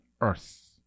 Earth